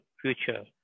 future